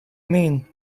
mean